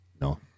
no